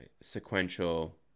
sequential